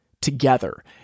together